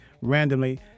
randomly